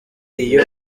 iyo